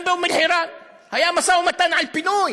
גם באום-אלחיראן היה משא-ומתן על פינוי.